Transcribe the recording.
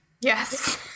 Yes